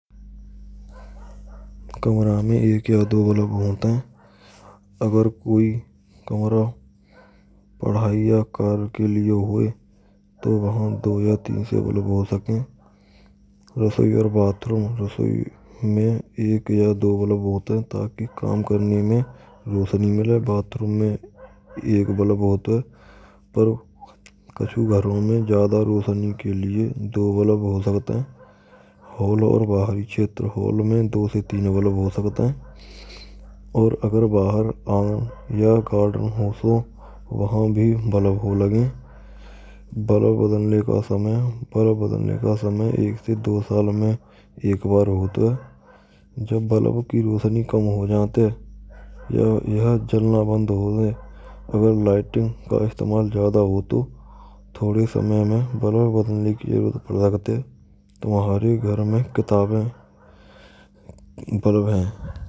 Kamra main ek ya so bulb hot h agar koi kamra padhai ya kam ke liye hote to wha do se teen bulb ho ske h. Rasoi aur bathroom rasoi ma ek ya do bulb hot h taki kam krne ma roshini mile bathroom ma ek bulb hot h par kachu gharo ma jyada roshini ke liye do bulb ho skte h. Hall aur bahri chetra hall ma do se teen bulb ho skte h aur agar bahar angan ya garden ho to wha bhi bulb ho lage. Bulb badlne ka samay ek se do sal ma ek bar hot h. Jab bulb ki roshini kam ho jat h ya yha chalna band hove agar lighting ka istemal jyada hoto h thode samay ma bulb badlne ki jarurat lagte h. Tumhare ghar ma kitaben bulb h.